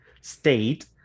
state